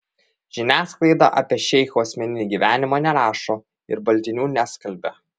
žiniasklaida apie šeichų asmeninį gyvenimą nerašo ir baltinių neskalbia